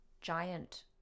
Giant